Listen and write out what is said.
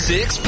Six